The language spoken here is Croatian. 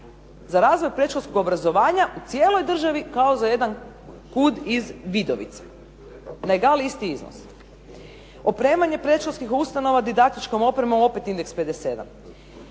Za razvoj predškolskog obrazovanja u cijeloj državi kao za jedan KUD iz Vidovice .../Govornica se ne razumije./... isti iznos. Opremanje predškolskih ustanova didaktičkom opremom opet indeks 57,